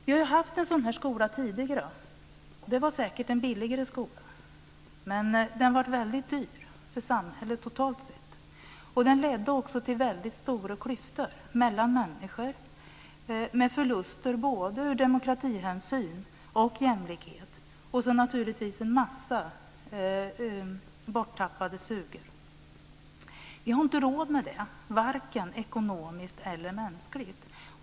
Vi har tidigare haft en sådan här skola. Det var säkert en billigare skola, men den blev väldigt dyr för samhället totalt sett. Den ledde också till väldigt stora klyftor mellan människor, med förluster både ur demokratisynpunkt och ur jämlikhetssynpunkt, och naturligtvis till att många tappade sugen. Vi har inte råd med det, varken ekonomiskt eller mänskligt.